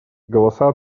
голоса